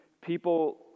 people